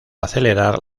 acelerar